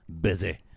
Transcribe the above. busy